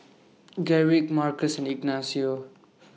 Garrick Markus Ignacio